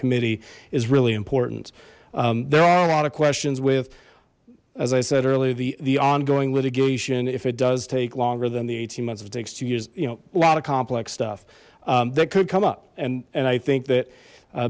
committee is really important there are a lot of questions with as i said earlier the the ongoing litigation if it does take longer than the eighteen months if it takes two years you know a lot of complex stuff that could come up and and i think that